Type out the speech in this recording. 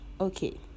Okay